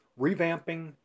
revamping